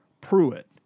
Pruitt